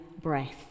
breath